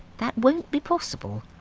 that won't be possible.